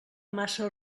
massa